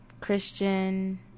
Christian